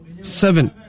seven